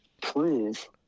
prove